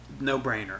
no-brainer